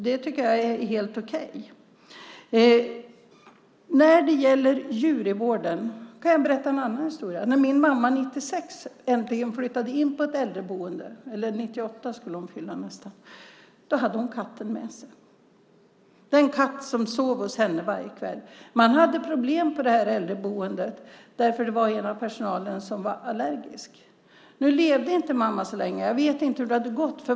Det tycker jag är helt okej. När det gäller djur i vården kan jag berätta en annan historia. När min mamma skulle fylla 98 flyttade hon äntligen in på ett äldreboende. Då hade hon katten med sig, den katt som sov hos henne varje kväll. Man hade problem på det äldreboendet, för en i personalen var allergisk. Mamma levde inte så länge. Jag vet inte hur det hade gått.